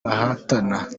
bahatana